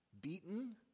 beaten